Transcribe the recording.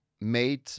made